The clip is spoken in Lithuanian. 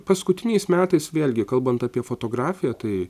paskutiniais metais vėlgi kalbant apie fotografiją tai